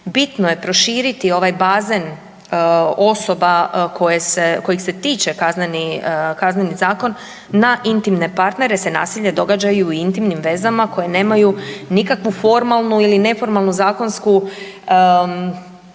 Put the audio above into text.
bitno je proširiti ovaj bazen osoba kojih se tiče kazneni, Kazneni zakon na intimne partnere, se nasilje događa i u intimnim vezama koje nemaju nikakvu formalnu ili neformalnu zakonsku